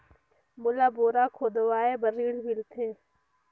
मोला बोरा खोदवाय बार ऋण मिलथे?